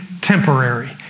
temporary